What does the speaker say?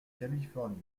californie